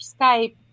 Skype